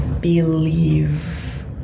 believe